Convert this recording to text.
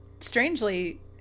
strangely